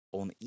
on